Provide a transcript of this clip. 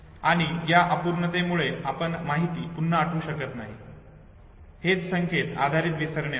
आणि या अपूर्णतेमुळे आपण माहिती पुन्हा आठवू शकत नाही हेच संकेत आधारित विसरणे असते